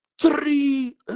Three